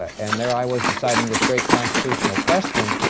and there i was deciding this great constitutional question.